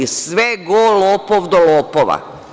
Sve go lopov do lopova.